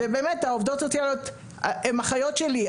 ובאמת העובדות הסוציאליות הן אחיות שלי.